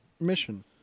mission